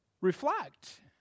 reflect